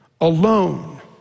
alone